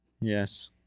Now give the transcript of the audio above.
Yes